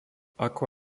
ako